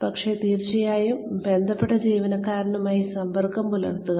പക്ഷേ തീർച്ചയായും ബന്ധപ്പെട്ട ജീവനക്കാരുമായി സമ്പർക്കം പുലർത്തുക